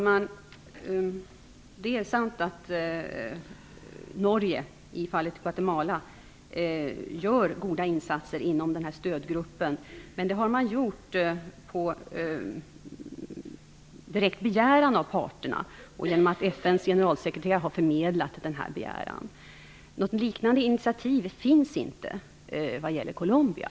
Fru talman! Det är sant att Norge gör goda insatser inom den här stödgruppens arbete vad gäller Guatemala. Men det har man gjort på direkt begäran av berörda parter. FN:s generalsekreterare har förmedlat denna begäran. Något liknande initiativ finns inte beträffande Colombia.